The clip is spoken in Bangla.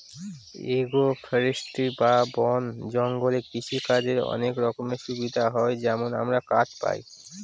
এগ্রো ফরেষ্ট্রী বা বন জঙ্গলে কৃষিকাজের অনেক রকমের সুবিধা হয় যেমন আমরা কাঠ পায়